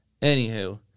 Anywho